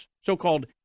so-called